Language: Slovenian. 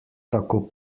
tako